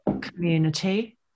community